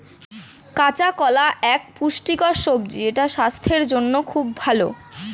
কাঁচা কলা এক পুষ্টিকর সবজি যেটা স্বাস্থ্যের জন্যে খুব ভালো